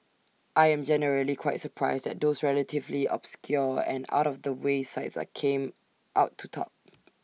I am generally quite surprised that those relatively obscure and out of the way sites came out to top